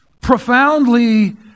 profoundly